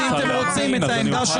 שכל דיני ממשלת המעבר נשענים על סבירות.